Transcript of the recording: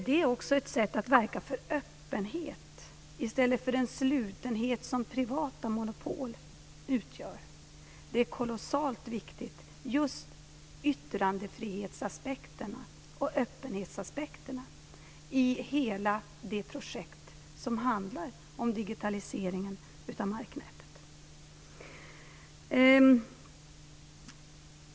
Det är också ett sätt att verka för öppenhet och mot den slutenhet som privata monopol innebär. Just yttrandefrihetsaspekterna och öppenhetsaspekterna i hela det projekt som handlar om digitaliseringen av marknätet är kolossalt viktiga.